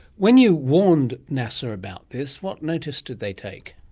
when you warned nasa about this, what notice did they take?